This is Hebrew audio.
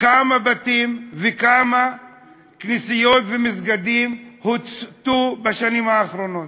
לפני כמה בתים וכמה כנסיות ומסגדים הוצתו בשנים האחרונות.